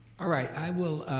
all right, i will